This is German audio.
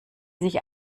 sich